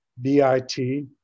B-I-T